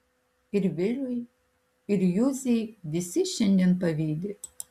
ir viliui ir juzei visi šiandien pavydi